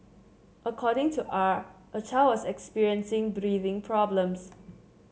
according to R a child was experiencing breathing problems